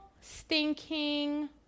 stinking